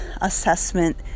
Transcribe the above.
assessment